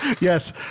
Yes